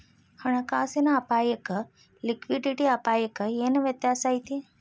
ಹಣ ಕಾಸಿನ್ ಅಪ್ಪಾಯಕ್ಕ ಲಿಕ್ವಿಡಿಟಿ ಅಪಾಯಕ್ಕ ಏನ್ ವ್ಯತ್ಯಾಸಾ ಐತಿ?